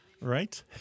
right